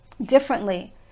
differently